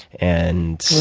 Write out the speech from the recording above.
and